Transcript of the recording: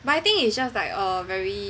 but I think it's just like a very